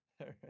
right